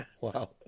Wow